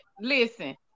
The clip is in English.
Listen